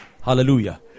Hallelujah